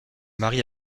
marie